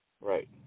Right